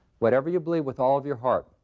whatever you believe with all of your heart,